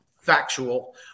factual